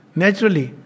naturally